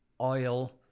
oil